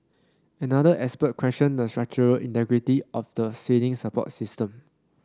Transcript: another expert questioned the structural integrity of the ceiling support system